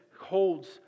holds